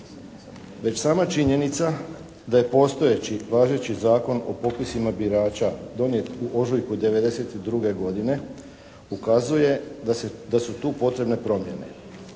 Već sama činjenica da je postojeći, važeći Zakon o popisima birača donijet u ožujku 92. godine ukazuje da su tu potrebne promjene.